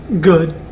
good